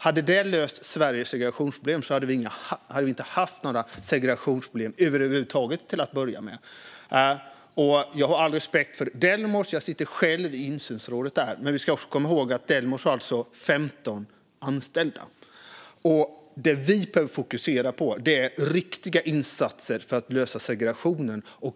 Hade det löst Sveriges segregationsproblem hade vi inte haft några segregationsproblem över huvud taget till att börja med. Jag har all respekt för Delmos; jag sitter själv i insynsrådet där. Men vi ska komma ihåg att Delmos har 15 anställda. Det vi behöver fokusera på är riktiga insatser för att lösa segregationen.